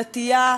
דתייה,